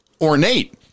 ornate